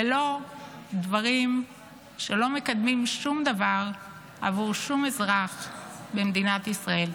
ולא דברים שלא מקדמים שום דבר בעבור שום אזרח במדינת ישראל.